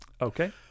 Okay